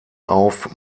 auf